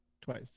twice